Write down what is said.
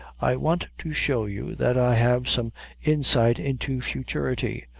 i want to show you that i have some insight into futurity.